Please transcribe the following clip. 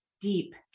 deep